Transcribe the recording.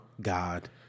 God